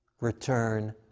Return